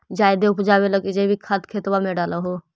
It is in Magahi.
जायदे उपजाबे लगी जैवीक खाद खेतबा मे डाल हो?